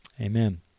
Amen